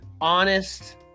Honest